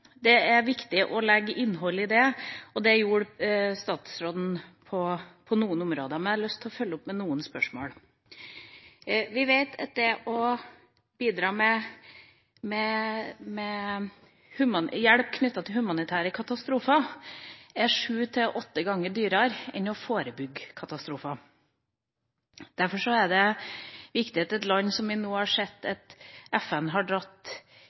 har lyst til å følge opp med noen spørsmål. Vi vet at det å bidra med hjelp knyttet til humanitære katastrofer er sju–åtte ganger dyrere enn å forebygge katastrofer. Derfor er det viktig, når vi har sett at FN har trykket på den store knappen så mange ganger og sagt at det er krise, at vi nå